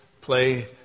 play